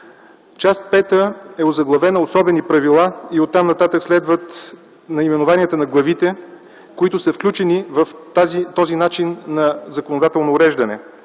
Част V е озаглавена „Особени правила” и оттам нататък следват наименованията на главите, които са включени в този начин на законодателно уреждане